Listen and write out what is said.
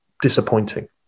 disappointing